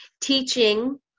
Teaching